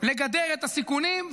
לגדר את הסיכונים,